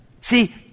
See